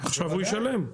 עכשיו הוא ישלם.